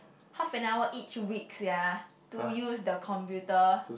half an hour each week sia to use the computer